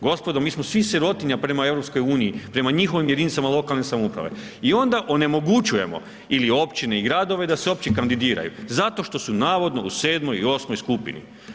Gospodo, mi smo svi sirotinja prema EU, prema njihovim jedinicama lokalne samouprave i onda onemogućujemo ili općine i gradove da se uopće kandidiraju zato što su navodno u 7. i 8. skupini.